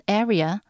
area